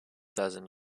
dozen